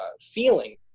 feeling